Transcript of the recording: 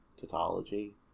tautology